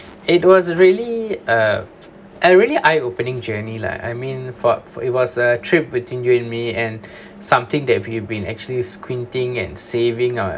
it was really uh a really eye opening journey lah I mean for for it was a trip between you and me and something that we've been actually squinting and saving uh